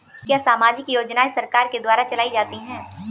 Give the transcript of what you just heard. क्या सामाजिक योजनाएँ सरकार के द्वारा चलाई जाती हैं?